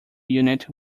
unit